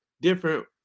different